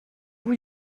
bout